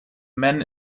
men